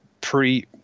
pre